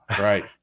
Right